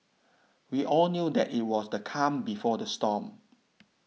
we all knew that it was the calm before the storm